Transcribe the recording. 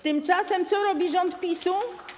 Tymczasem co robi rząd PiS-u?